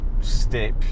step